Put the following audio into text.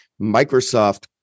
Microsoft